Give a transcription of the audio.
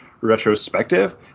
Retrospective